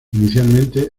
inicialmente